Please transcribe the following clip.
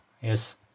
Yes